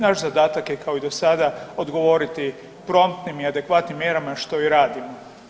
Naš zadatak je kao i do sada odgovoriti promptnim i adekvatnim mjerama što i radimo.